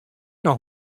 noch